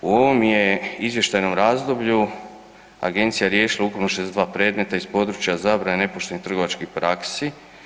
U ovom je izvještajnom razdoblju agencija riješila ukupno 62 predmeta iz područja zabrane nepoštenih trgovačkih praksi.